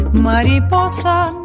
Mariposa